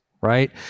right